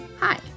Hi